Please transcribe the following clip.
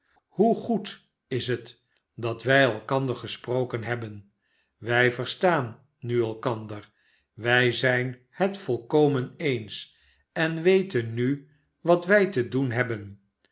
hoe goed is het dat wij elkander gesproken hebben wij verstaan nu elkander wij zijn het volkomen eens en weten nu wat wij te doen hebben